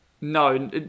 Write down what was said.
No